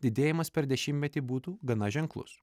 didėjimas per dešimtmetį būtų gana ženklus